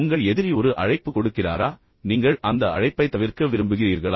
உங்கள் எதிரி ஒரு அழைப்பு கொடுக்கிறாரா பின்னர் நீங்கள் அந்த தொலைபேசியைத் தவிர்க்க விரும்புகிறீர்களா